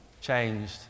changed